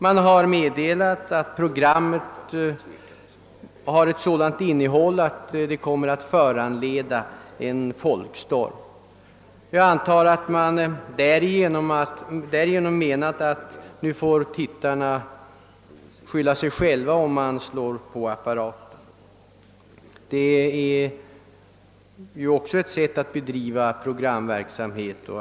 Man har meddelat att programmet hade ett sådant innehåll att det kunde komma att föranleda en folkstorm. Jag antar att man menat att tittarna sedan får skylla sig själva om de slår på sina apparater och ser programmet.